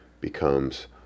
becomes